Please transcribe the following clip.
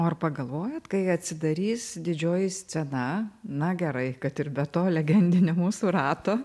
o ar pagalvojot kai atsidarys didžioji scena na gerai kad ir be to legendinio mūsų rato